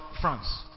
France